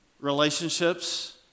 relationships